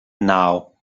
naŭ